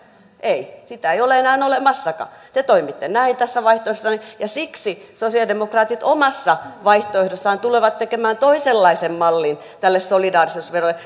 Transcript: ei sitä ei ole enää olemassakaan te toimitte näin tässä vaihtoehdossanne ja siksi sosialidemokraatit omassa vaihtoehdossaan tulevat tekemään toisenlaisen mallin tälle solidaarisuusverolle